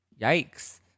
yikes